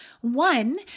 One